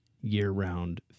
year-round